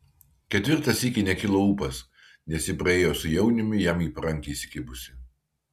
ketvirtą sykį nekilo ūpas nes ji praėjo su jauniumi jam į parankę įsikibusi